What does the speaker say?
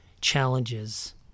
challenges